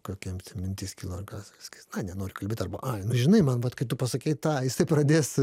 kokia mintis kilo ar ką sakys sakys na nenoriu kalbėt arba ai nu žinai man vat kai tu pasakei tą jisai pradės